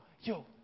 yo